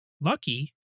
Lucky